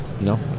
No